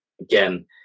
again